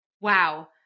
Wow